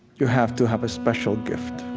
you have to have a special gift,